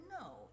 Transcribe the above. no